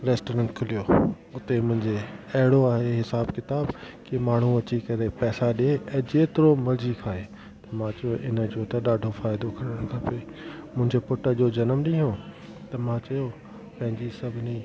restaurant खुलियो आहे उते मुंहिंजे अहिड़ो आहे हिसाबु किताबु की माण्हू अची करे पैसा ॾिए ऐं जेतिरो मर्ज़ी खाए त मां चयो इन जो त ॾाढो फ़ाइदो खणणु खपे मुंहिंजे पुट जो ॼनमु ॾींहुं हुओ त मां चयो पंहिंजे सभिनी